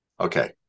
Okay